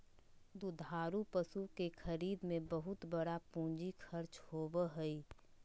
दुधारू पशु के खरीद में बहुत बड़ा पूंजी खर्च होबय हइ